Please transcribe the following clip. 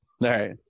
right